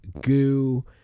goo